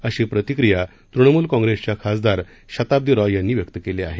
अशी प्रतिक्रीया तृणमूल काँप्रेसच्या खासदार शताब्दी रॉय यांनी व्यक्त केली आहे